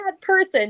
person